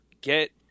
get